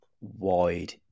wide